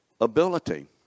ability